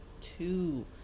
two